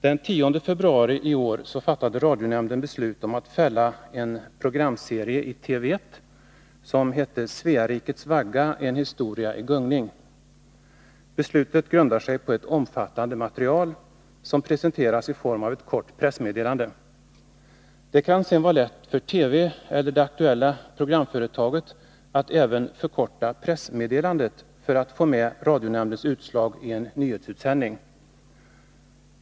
Den 10 februari i år fattade radionämnden beslut om att fälla en programserie i TV 1 som hette ”Svearikets vagga — en historia i gungning”. Beslutet grundar sig på ett omfattande material, som presenteras i form av ett kort pressmeddelande. Det kan sedan vara lätt för TV eller det aktuella programföretaget att även förkorta pressmeddelandet för att få med radionämndens utslag i en nyhetsutsändning.